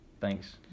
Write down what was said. Thanks